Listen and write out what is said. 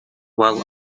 while